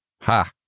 Ha